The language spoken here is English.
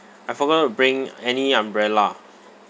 I forgot to bring any umbrella